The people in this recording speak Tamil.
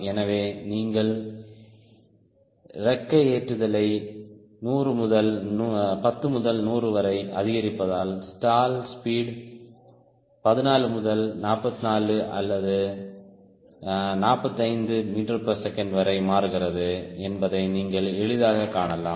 எனவே நீங்கள் இறக்கை ஏற்றுதலை 10 முதல் 100 வரை அதிகரிப்பதால் ஸ்டால் ஸ்பீட் 14 முதல் 44 அல்லது 45 ms வரை மாறுகிறது என்பதை நீங்கள் எளிதாகக் காணலாம்